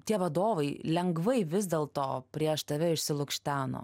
tie vadovai lengvai vis dėlto prieš tave išsilukšteno